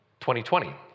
2020